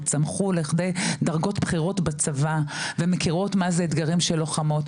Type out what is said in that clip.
וצמחו לכדי דרגות בכירות בצבא ומכירות מה זה אתגרים של לוחמות.